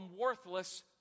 worthless